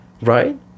right